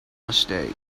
mistake